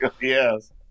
Yes